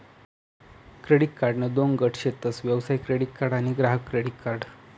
credit कार्डना दोन गट शेतस व्यवसाय क्रेडीट कार्ड आणि ग्राहक क्रेडीट कार्ड